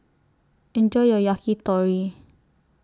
Enjoy your Yakitori